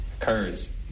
occurs